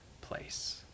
place